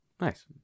Nice